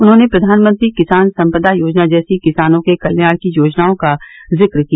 उन्होंने प्रधानमंत्री किसान संपदा योजना जैसी किसानों के कल्याण की योजनाओं का जिक्र किया